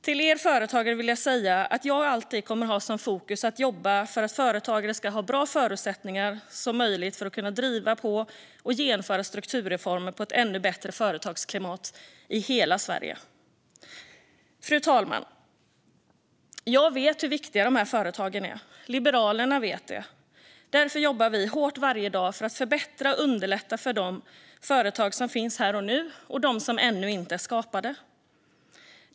Till er företagare vill jag säga att jag alltid kommer att ha som fokus att jobba för att företagare ska ha så bra förutsättningar som möjligt för att kunna driva på och genomföra strukturreformer för ett ännu bättre företagsklimat i hela Sverige. Fru talman! Jag vet hur viktiga dessa företag är, och Liberalerna vet det. Därför jobbar vi hårt varje dag för att förbättra och underlätta för de företag som finns här och nu och för de som ännu inte är skapade.